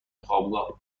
خوابگاه